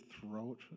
throat